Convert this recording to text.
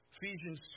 Ephesians